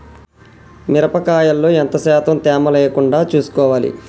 మిరప కాయల్లో ఎంత శాతం తేమ లేకుండా చూసుకోవాలి?